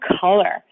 color